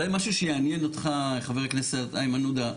אולי משהו שיעניין אותך, ח"כ איימן עודה.